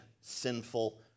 sinful